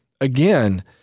again